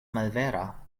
malvera